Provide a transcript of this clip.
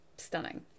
stunning